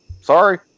sorry